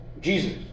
Jesus